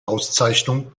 auszeichnung